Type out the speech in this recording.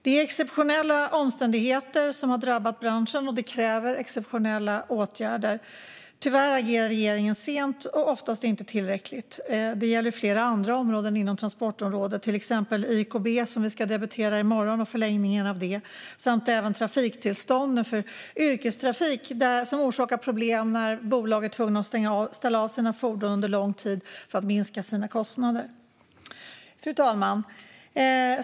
Det är exceptionella omständigheter som har drabbat branschen, och det kräver exceptionella åtgärder. Tyvärr agerar regeringen sent och oftast inte tillräckligt. Det gäller flera andra områden inom transportområdet, till exempel YKB och förlängningen av det, som vi ska debattera i morgon, samt trafiktillstånden för yrkestrafik, som orsakar problem när bolag är tvungna att ställa av sina fordon under lång tid för att minska sina kostnader. Fru talman!